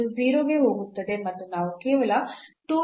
ಇದು 0 ಗೆ ಹೋಗುತ್ತದೆ ಮತ್ತು ನಾವು ಕೇವಲ ಅನ್ನು ಪಡೆಯುತ್ತೇವೆ